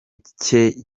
cye